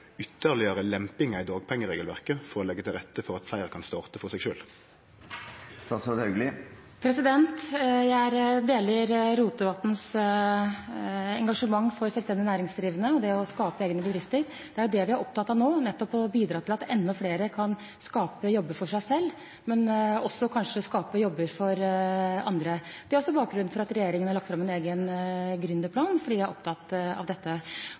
i dagpengeregelverket for å leggje til rette for at fleire kan starte for seg sjølv? Jeg deler Rotevatns engasjement for selvstendig næringsdrivende og det å skape egne bedrifter. Det er jo det vi er opptatt av nå, nettopp å bidra til at enda flere kan skape jobber for seg selv, men kanskje også skape jobber for andre. Det er også bakgrunnen for at regjeringen har lagt fram en egen gründerplan – fordi vi er opptatt av dette.